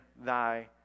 thy